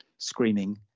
screaming